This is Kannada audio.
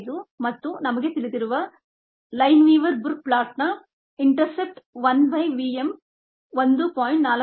35 ಮತ್ತು ನಮಗೆ ತಿಳಿದಿರುವ ಲೈನ್ವೀವರ್ ಬರ್ಕ್ ಪ್ಲಾಟ್ ನ ಇಂಟರ್ಸೆಪ್ಟ್1 by vm 1